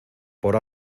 por